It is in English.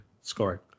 scoring